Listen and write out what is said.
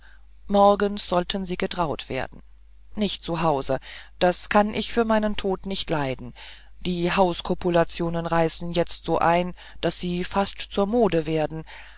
morgens sollten sie getraut werden nicht zu haus das kann ich für meinen tod nicht leiden die hauskopulationen reißen jetzt so ein daß sie fast zur mode werden